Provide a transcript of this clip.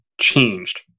changed